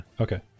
Okay